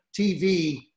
TV